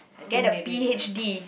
get a P_H_D